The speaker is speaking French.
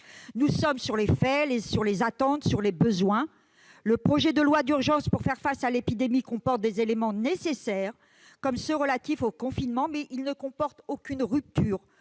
concentrés sur les faits, sur les attentes, sur les besoins. Le projet de loi d'urgence présenté pour faire face à l'épidémie comporte des mesures nécessaires, comme celles relatives au confinement, mais il ne porte aucune rupture-